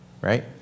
right